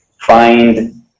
find